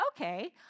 Okay